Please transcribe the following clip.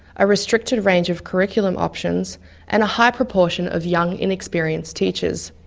a restricted range of curriculum options and a high proportion of young inexperienced teachers.